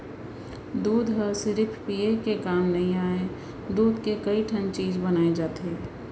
दूद हर सिरिफ पिये के काम नइ आय, दूद के कइ ठन चीज बनाए जाथे